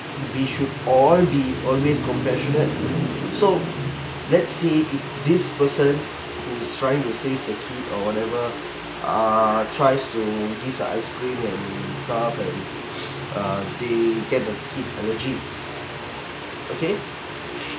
we should all be always compassionate so let's say if this person who's trying to save the kid or whatever err tries to give the ice cream and stuff and uh they get the kid allergic okay